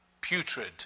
putrid